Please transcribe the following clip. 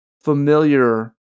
familiar